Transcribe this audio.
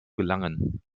gelangen